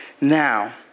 now